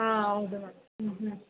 ಹಾಂ ಹೌದು ಮ್ಯಾಮ್ ಹ್ಞೂ ಹ್ಞೂ